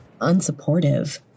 unsupportive